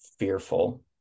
fearful